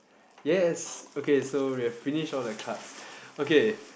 yes okay so we have finished all the cards okay